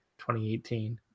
2018